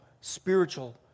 spiritual